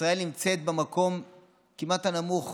ישראל נמצאת כמעט במקום הנמוך